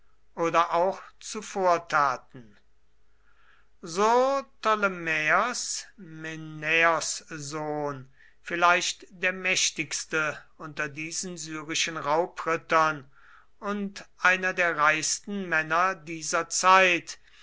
oder auch zuvortaten so ptolemaeos mennaeos sohn vielleicht der mächtigste unter diesen syrischen raubrittern und einer der reichsten männer dieser zeit